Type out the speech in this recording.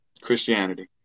Christianity